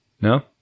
No